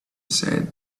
said